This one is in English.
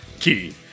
key